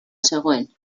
zegoen